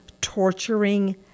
torturing